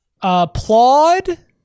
applaud